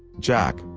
jack,